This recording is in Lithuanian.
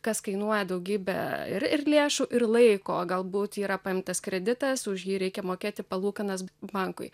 kas kainuoja daugybę ir lėšų ir laiko galbūt yra paimtas kreditas už jį reikia mokėti palūkanas bankui